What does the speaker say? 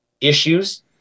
issues